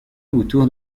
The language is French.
autour